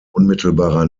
unmittelbarer